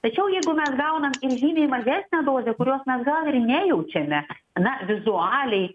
tačiau jeigu mes gaunam ir žymiai mažesnę dozę kurios na gal ir nejaučiame na vizualiai